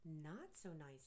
not-so-nice